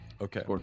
okay